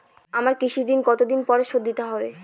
আমার কৃষিঋণ কতদিন পরে শোধ দিতে হবে?